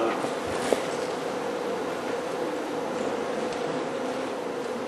ההצעה להעביר את הנושא